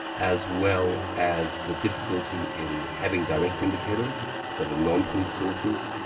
as well as the difficulty in having direct indicators that are non-police sources,